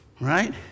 Right